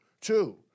Two